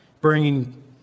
bringing